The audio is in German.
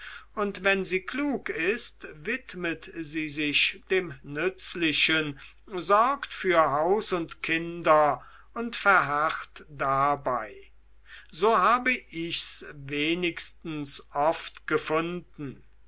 und wenn sie klug ist widmet sie sich dem nützlichen sorgt für haus und kinder und verharrt dabei so habe ich's wenigstens oft gefunden